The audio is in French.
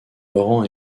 laurent